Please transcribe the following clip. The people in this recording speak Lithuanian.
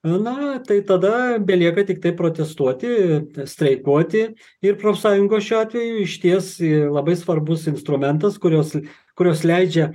na tai tada belieka tiktai protestuoti streikuoti ir profsąjungos šiuo atveju išties yr labai svarbus instrumentas kurios kurios leidžia